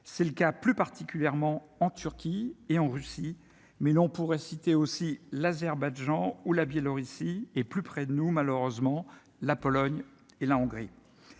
c'est le cas, plus particulièrement en Turquie et en Russie, mais l'on pourrait citer aussi l'Azerbaïdjan ou la Biélorussie et plus près de nous, malheureusement, la Pologne et la Hongrie